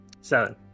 Seven